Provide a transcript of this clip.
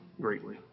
greatly